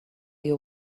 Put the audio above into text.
you